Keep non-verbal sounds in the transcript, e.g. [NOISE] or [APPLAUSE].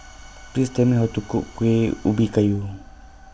[NOISE] Please Tell Me How to Cook Kueh Ubi Kayu